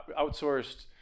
outsourced